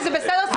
וזה בסדר,